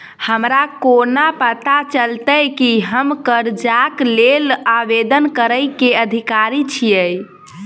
हमरा कोना पता चलतै की हम करजाक लेल आवेदन करै केँ अधिकारी छियै?